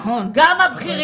גם הבכירים.